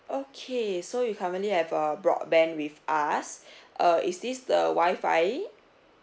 okay so you currently have a broad band with us uh is this the wifi